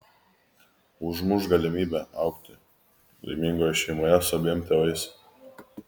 užmuš galimybę augti laimingoje šeimoje su abiem tėvais